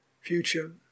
future